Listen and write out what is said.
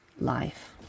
life